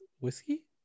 whiskey